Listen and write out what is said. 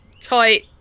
tight